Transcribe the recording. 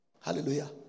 Hallelujah